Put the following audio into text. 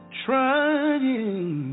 trying